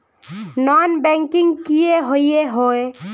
Non banking किए हिये है?